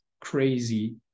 crazy